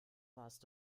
warst